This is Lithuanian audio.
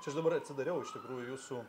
čia aš dabar atsidariau iš tikrųjų jūsų